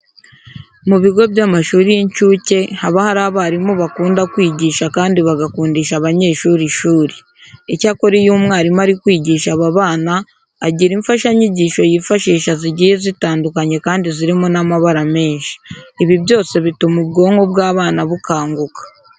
Mu bigo by'amashuri y'incuke haba hari abarimu bakunda kwigisha kandi bagakundisha abanyeshuri ishuri. Icyakora iyo umwarimu ari kwigisha aba bana agira imfashanyigisho yifashisha zigiye zitandukanye kandi zirimo n'amabara menshi. Ibi byose bituma ubwonko bw'abana bukanguka.